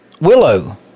Willow